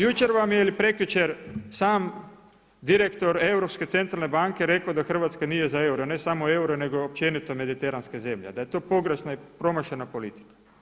Euro, jučer vam je ili prekjučer sam direktor Europske centralne banke rekao da Hrvatska nije za euro, ne samo euro nego općenito mediteranske zemlje, da je to pogrešna i promašena politika.